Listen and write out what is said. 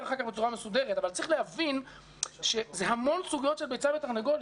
צריך להבין שיש הרבה סוגיות של ביצה ותרנגולת.